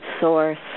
Source